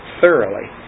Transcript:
thoroughly